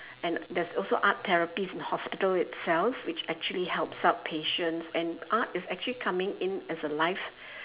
and there is also art therapists in hospitals itself which actually helps up patient and art is actually coming in as a life